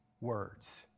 words